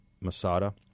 Masada